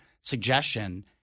suggestion